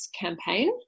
campaign